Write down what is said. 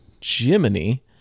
Jiminy